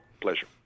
Pleasure